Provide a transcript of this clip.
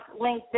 LinkedIn